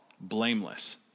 blameless